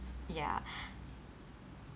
ya